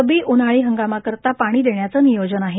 रब्बी उन्हाळी हंगामाकरीता पाणी देण्याचे नियोजन आहे